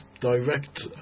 direct